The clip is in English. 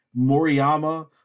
moriyama